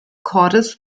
cordes